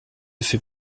fait